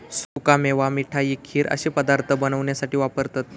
सुका मेवा मिठाई, खीर अश्ये पदार्थ बनवण्यासाठी वापरतत